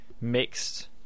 mixed